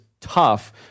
tough